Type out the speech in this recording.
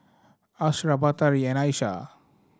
Ashraff Batari and Aishah